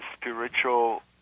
spiritual